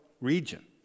region